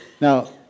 Now